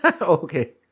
Okay